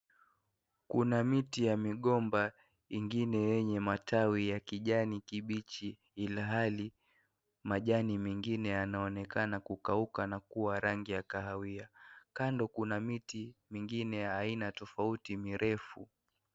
Kuna miti ya migomba ingine yenye matawi yaya kijani kibichi ilhali majani mengine yanaonekana kukauka na kuwa rangi ya kahawia kando kuna miti mengine ya aina tofauti mirefu.